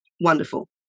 wonderful